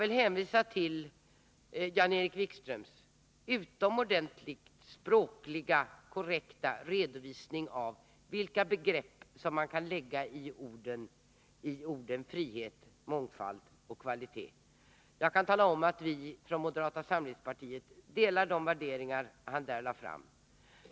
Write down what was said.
Jag hänvisar till Jan-Erik Wikströms utomordentliga, språkligt korrekta redovisning av vilka begrepp som man kan lägga i orden frihet, mångfald och kvalitet. Från moderata samlingspartiet instämmer vi i hans värderingar.